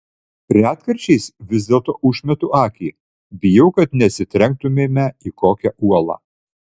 retkarčiais vis dėlto užmetu akį bijau kad neatsitrenktumėme į kokią uolą